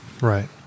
Right